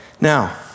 now